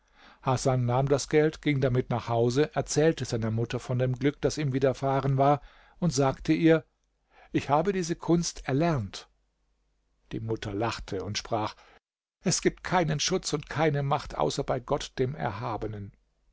hasan nahm das geld ging damit nach haus erzählte seiner mutter von dem glück das ihm widerfahren war und sagte ihr ich habe diese kunst erlernt die mutter lachte und sprach es gibt keinen schutz und keine macht außer bei gott dem erhabenen